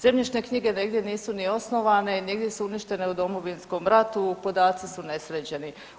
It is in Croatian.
Zemljišne knjige negdje nisu ni osnovane, negdje su uništene u Domovinskom ratu, podaci su nesređeni.